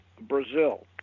Brazil